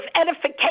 edification